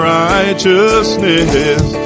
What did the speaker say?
righteousness